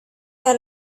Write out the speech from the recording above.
had